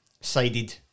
sided